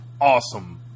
awesome